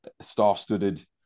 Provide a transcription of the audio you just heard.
star-studded